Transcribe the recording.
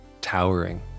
towering